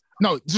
no